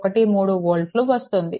13 వోల్ట్లు వస్తుంది